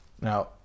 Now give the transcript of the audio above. Now